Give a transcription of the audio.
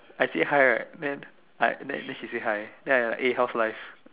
I say hi right then I then she say hi then I like eh how's life